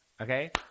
Okay